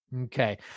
okay